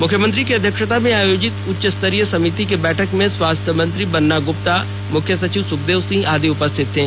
मुख्यमंत्री की अध्यक्षता में आयोजित उच्च स्तरीय समिति की बैठक में स्वास्थ्य मंत्री बन्ना ग्रुप्ता मुख्य सचिव सुखदेव सिंह आदि उपस्थित थे